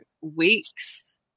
weeks